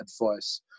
advice